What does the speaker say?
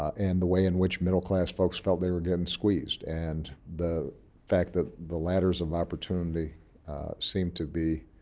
and the way in which middle-class folks felt they were getting squeezed. and the fact that the ladders of opportunity seem to be